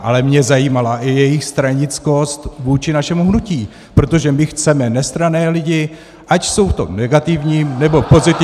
Ale mě zajímala i jejich stranickost vůči našemu hnutí, protože my chceme nestranné lidi, ať jsou v tom negativním, nebo pozitivním.